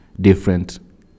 different